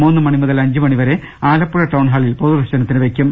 മൂന്നു മണി മുതൽ അഞ്ചുമണി വരെ ആലപ്പുഴ ടൌൺഹാളിൽ പൊതുദർശനത്തിന് വെയ്ക്കും